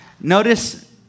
Notice